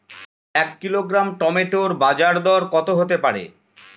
এক kilogram tomato বাজের দরকত হতে পারে?